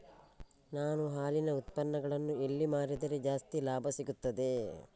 ನಾನು ಹಾಲಿನ ಉತ್ಪನ್ನಗಳನ್ನು ಎಲ್ಲಿ ಮಾರಿದರೆ ಜಾಸ್ತಿ ಲಾಭ ಸಿಗುತ್ತದೆ?